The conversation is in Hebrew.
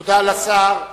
תודה לשר.